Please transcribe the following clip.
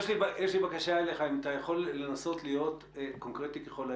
יש לי בקשה אליך: אם אתה יכול לנסות להיות קונקרטי ככול האפשר.